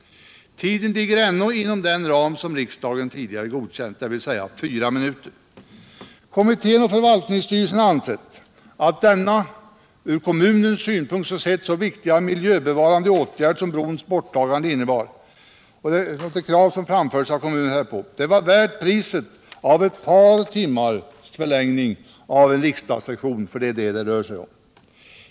Tiden ligger ändå inom den ram som riksdagen tidigare godkänt, dvs. fyra minuter. Kommittén och förvaltningsstyrelsen har ansett att den miljöbevarande åtgärd som brons borttagande innebar, och som var ett krav från kommunen, var värd priset av ett par timmars förlängning av riksdagssessionen — för det är vad det rör sig om.